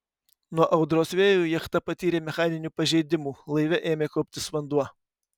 nuo audros vėjų jachta patyrė mechaninių pažeidimų laive ėmė kauptis vanduo